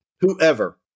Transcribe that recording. whoever